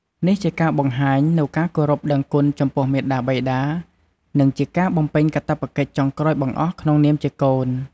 នេះជាការបង្ហាញនូវការគោរពដឹងគុណចំពោះមាតាបិតា និងជាការបំពេញកាតព្វកិច្ចចុងក្រោយបង្អស់ក្នុងនាមជាកូន។